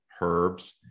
herbs